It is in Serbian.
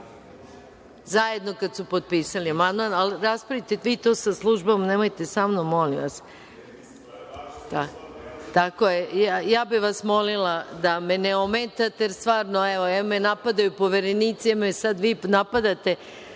kada su potpisali amandman, ali raspravite vi to sa službom, nemojte sa mnom, molim vas. Ja bih vas molila da me ne ometate, jer em me napadaju poverenici, em me sada vi napadate,